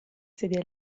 sedia